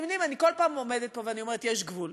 אני כל הזמן עומדת פה ואומרת: יש גבול,